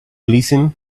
listen